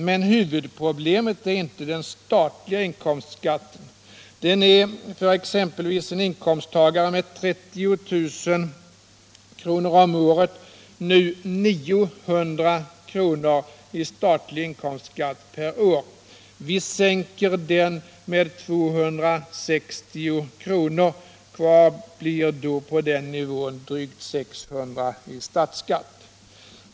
Men huvudproblemet är inte den statliga inkomstskatten. Den är för exempelvis en inkomsttagare med 30 000 kr. om året nu 900 kr. per år. Vi sänker den 260 kr. Kvar blir då på den nivån drygt 600 kr. i statsskatt.